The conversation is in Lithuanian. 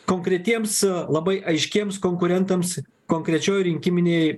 konkretiems labai aiškiems konkurentams konkrečioj rinkiminėj